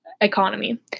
economy